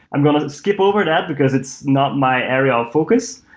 i'm going to skip over that, because it's not my area of focus.